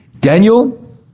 Daniel